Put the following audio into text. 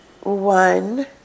One